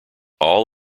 all